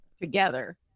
Together